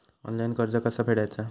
Online कर्ज कसा फेडायचा?